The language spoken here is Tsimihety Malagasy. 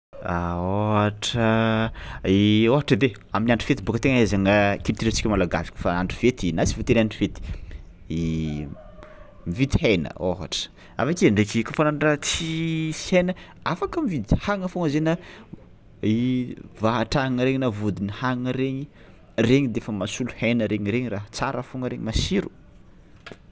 A ôhatra ôhatra edy e amin'ny andro fety bôka tegna ahaizagna culturentsika malagasy kaofa andro fety na tsy voatery andro fety, mividy hena ôhatra avy ake ndraiky kaofa hagnano tsy isaina afaka mividy hagna foagna zay na vahatr'agnana regny na vôdin'ny hagnana regny, regny de fa mahasolo hena regny regny raha tsara fôagna regny masiro.